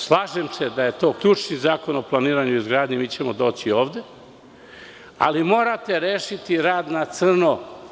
Slažem se da je to ključni zakon o planiranju i izgradnji, mi ćemo doći ovde, ali morate rešiti rad na crno.